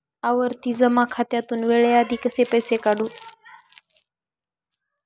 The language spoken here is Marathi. आवर्ती जमा खात्यातून वेळेआधी कसे पैसे काढू?